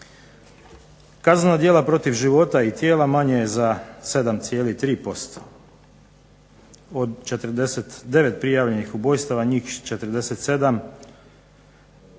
Kaznena djela protiv života i tijela manje je za 7,3%, od 49 prijavljenih ubojstava njih 47